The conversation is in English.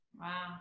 Wow